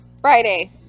Friday